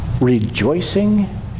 Rejoicing